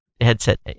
headset